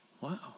wow